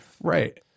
Right